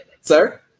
sir